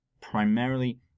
Primarily